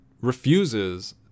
Refuses